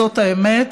זאת האמת,